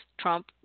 Trump